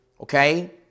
Okay